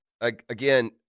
Again